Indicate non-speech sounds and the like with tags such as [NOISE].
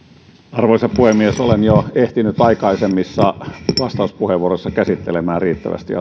arvoisa puhemies olen jo ehtinyt aikaisemmissa vastauspuheenvuoroissa käsittelemään asiaa riittävästi [UNINTELLIGIBLE]